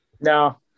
No